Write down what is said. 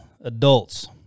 adults